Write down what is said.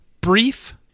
brief